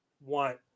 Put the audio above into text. want